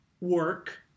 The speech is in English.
work